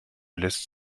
lässt